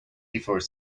before